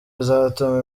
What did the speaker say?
bizatuma